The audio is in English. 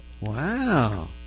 Wow